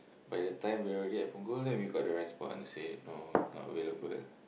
by the time we're already at Punggol then we got the response say no not available